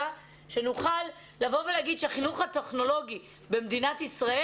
שנוכל לבוא ולהגיד שהחינוך הטכנולוגי במדינת ישראל